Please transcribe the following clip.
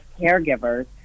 caregivers